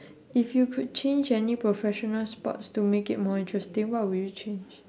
if you could change any professional sports to make it more interesting what would you change